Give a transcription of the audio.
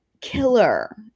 Killer